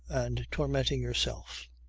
and tormenting yourself.